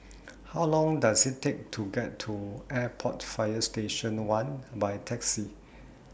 How Long Does IT Take to get to Airport Fire Station one By Taxi